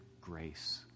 grace